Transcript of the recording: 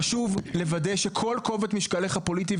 חשוב לוודא שכל כובד משקלך הפוליטי,